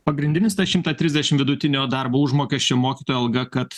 pagrindinis šimto trisdešimt vidutinio darbo užmokesčio mokytojo alga kad